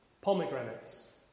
pomegranates